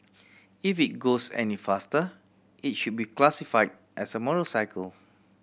if it goes any faster it should be classify as a motorcycle